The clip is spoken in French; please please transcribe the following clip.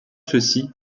ceci